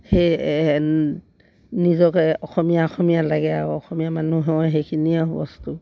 সেই নিজকে অসমীয়া অসমীয়া লাগে আৰু অসমীয়া মানুহৰ সেইখিনিয়েও বস্তু